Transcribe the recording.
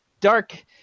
dark